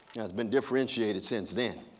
it's been differentiated since then,